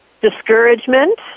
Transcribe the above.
discouragement